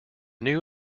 new